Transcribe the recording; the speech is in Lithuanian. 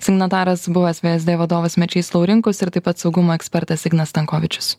signataras buvęs vsd vadovas mečys laurinkus ir taip pat saugumo ekspertas ignas stankovičius